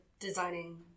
Designing